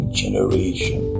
generation